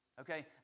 Okay